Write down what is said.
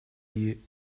you